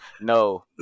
No